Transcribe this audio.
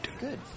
Good